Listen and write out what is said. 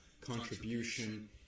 contribution